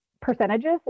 percentages